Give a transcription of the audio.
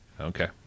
Okay